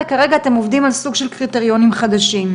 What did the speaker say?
וכרגע אתם עובדים על סוג של קריטריונים חדשים.